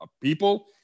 people